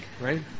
right